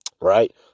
Right